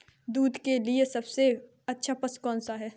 दूध के लिए सबसे अच्छा पशु कौनसा है?